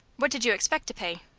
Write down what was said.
what did you expect to pay?